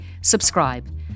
subscribe